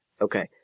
Okay